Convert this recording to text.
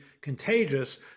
contagious